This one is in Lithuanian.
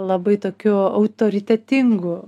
labai tokiu autoritetingu